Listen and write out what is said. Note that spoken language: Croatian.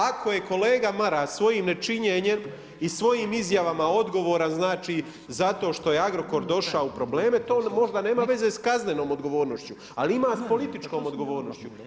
Ako je kolega Maras svojim nečinjenjem i svojim izjavama odgovoran zato što je Agrokor došao u probleme, to možda nema veze s kaznenom odgovornošću, ali ima s političkom odgovornošću.